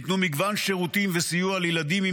ניתנו מגוון שירותים וסיוע לילדים עם